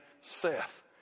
Seth